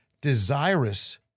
desirous